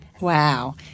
Wow